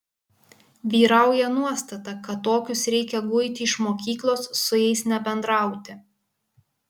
vyrauja nuostata kad tokius reikia guiti iš mokyklos su jais nebendrauti